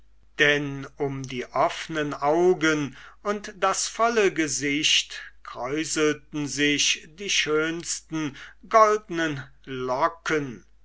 denn um die offenen augen und das volle gesicht kräuselten sich die schönsten goldnen locken